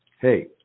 hey